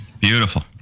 Beautiful